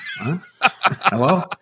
Hello